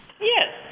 Yes